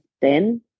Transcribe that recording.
ten